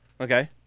Okay